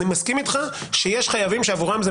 אני מסכים איתך שיש חייבים שעבורם זה